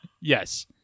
Yes